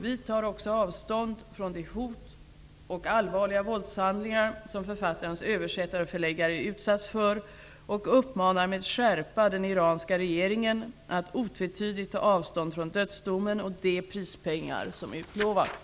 Vi tar också avstånd från de hot och allvarliga våldshandlingar som författarens översättare och förläggare utsatts för, och uppmanar med skärpa den iranska regeringen att otvetydigt ta avstånd från dödsdomen och de prispengar som har utlovats.